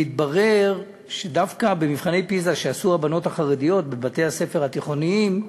והתברר שדווקא במבחני פיז"ה שעשו הבנות החרדיות בבתי-הספר התיכוניים,